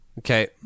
Okay